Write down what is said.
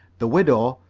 the widow,